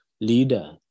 leader